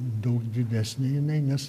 daug didesnė jinai nes